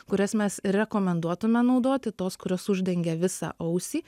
kurias mes rekomenduotume naudoti tos kurios uždengia visą ausį